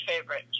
favorite